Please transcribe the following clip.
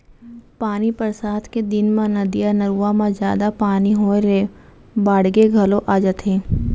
पानी बरसात के दिन म नदिया, नरूवा म जादा पानी होए ले बाड़गे घलौ आ जाथे